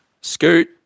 Scoot